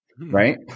right